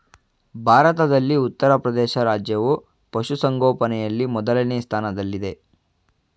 ಭಾರತದಲ್ಲಿ ಉತ್ತರಪ್ರದೇಶ ರಾಜ್ಯವು ಪಶುಸಂಗೋಪನೆಯಲ್ಲಿ ಮೊದಲನೇ ಸ್ಥಾನದಲ್ಲಿದೆ